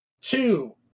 two